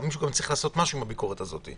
מישהו גם צריך לעשות משהו עם הביקורת הזאת.